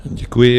Děkuji.